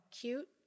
cute